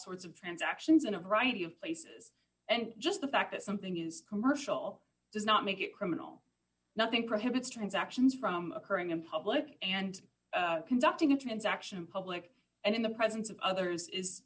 sorts of transactions in a variety of places and just the fact that something is commercial does not make it criminal nothing prohibits transactions from occurring in public and conducting a transaction in public and in the presence of others is